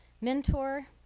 mentor